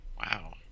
Wow